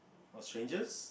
or strangers